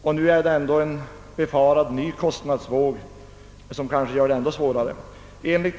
Och nu kan man befara ytterligare en kostnadsvåg, som gör situationen ännu svårare för flyget.